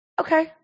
Okay